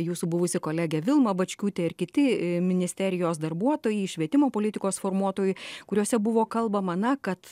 jūsų buvusi kolegė vilma bočkutė ir kiti ministerijos darbuotojai švietimo politikos formuotojai kuriuose buvo kalbama na kad